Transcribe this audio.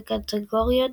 בקטגוריית